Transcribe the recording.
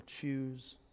choose